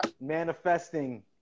manifesting